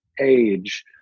age